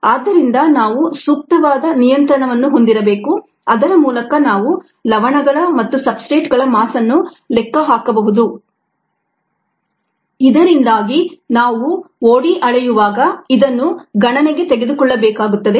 ಆದ್ದರಿಂದ ನಾವು ಸೂಕ್ತವಾದ ನಿಯಂತ್ರಣವನ್ನು ಹೊಂದಿರಬೇಕು ಅದರ ಮೂಲಕ ನಾವು ಲವಣಗಳ ಮತ್ತು ಸಬ್ಸ್ಟ್ರೇಟ್ಗಳ ಮಾಸ್ ಅನ್ನು ಲೆಕ್ಕ ಹಾಕಬಹುದು ಇದರಿಂದಾಗಿ ನಾವು OD ಅಳೆಯುವಾಗ ಇದನ್ನು ಗಣನೆಗೆ ತೆಗೆದುಕೊಳ್ಳಬೇಕಾಗುತ್ತದೆ